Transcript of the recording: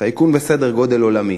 טייקון בסדר גודל עולמי,